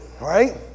right